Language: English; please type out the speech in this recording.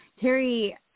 terry